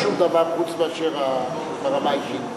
בכנסת לשעבר זה שום דבר, חוץ מאשר ברמה האישית.